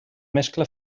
mescla